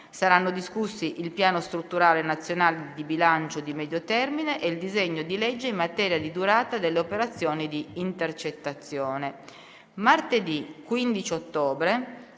saranno discussi il Piano strutturale nazionale di bilancio di medio termine e il disegno di legge in materia di durata delle operazioni di intercettazione.